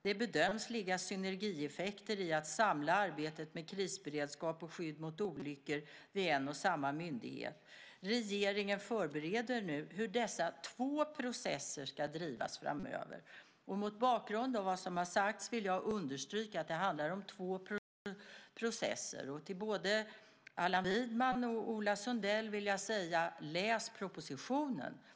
Det bedöms ligga synergieffekter i att samla arbetet med krisberedskap och skydd mot olyckor vid en och samma myndighet. Regeringen förbereder nu hur dessa två processer ska drivas framöver. Mot bakgrund av vad som har sagts vill jag understryka att det handlar om två processer. Till både Allan Widman och Ola Sundell vill jag säga: Läs propositionen!